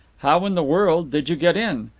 how in the world did you get in?